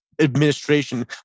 administration